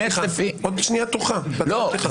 עוד שנייה תורך להצהרת פתיחה.